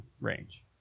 range